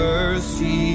Mercy